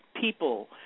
people